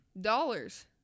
dollars